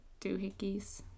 doohickeys